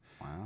wow